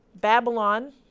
Babylon